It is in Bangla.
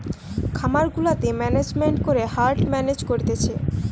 খামার গুলাতে ম্যানেজমেন্ট করে হার্ড মেনেজ করতিছে